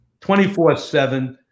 24-7